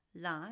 life